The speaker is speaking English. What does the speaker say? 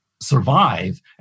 survive